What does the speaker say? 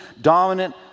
dominant